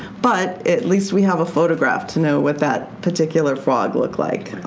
but, at least we have a photograph to know what that particular frog looked like.